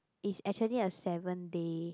is actually a seven day